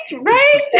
Right